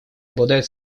обладает